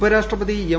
ഉപരാഷ്ട്രപതി എം